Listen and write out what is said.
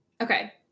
Okay